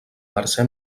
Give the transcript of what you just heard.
mercè